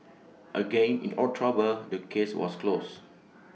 again in October the case was closed